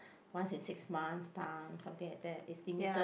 once in six months time something like that it's limited